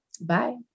Bye